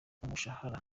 umushahara